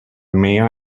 mayor